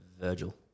Virgil